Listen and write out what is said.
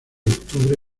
octubre